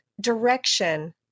direction